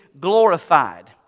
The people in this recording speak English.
glorified